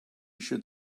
should